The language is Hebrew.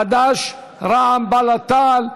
חד"ש, רע"מ, בל"ד, תע"ל.